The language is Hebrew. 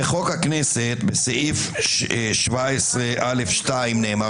בחוק הכנסת, בסעיף 17(א)(2) נאמר